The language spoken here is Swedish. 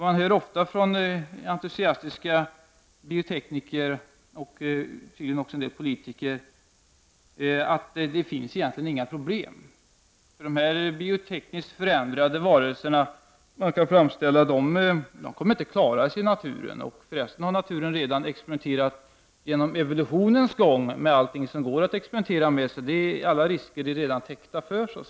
Man hör ofta från entusiastiska biotekniker och från en del politiker att det egentligen inte föreligger några problem, eftersom dessa biotekniskt förändrade varelser inte kommer att klara sig i naturen och att naturen redan har exprimenterat genom evolutionens gång med allt som det går att exprimentera med och att alla risker därmed så att säga skulle vara täckta.